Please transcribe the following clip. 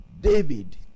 David